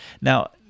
Now